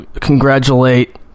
congratulate